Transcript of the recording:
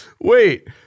wait